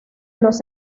los